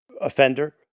offender